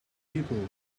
people